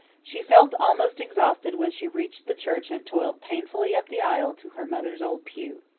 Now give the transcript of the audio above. she felt almost exhausted when she reached the church and toiled painfully up the aisle to her mother's old pew.